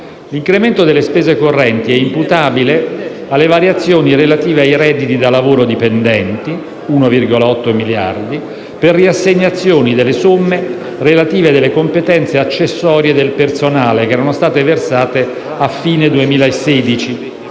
L'incremento delle spese correnti è imputabile alle variazioni relative ai redditi da lavoro dipendente (1,8 miliardi) per riassegnazioni delle somme relative delle competenze accessorie del personale che erano state versate a fine 2016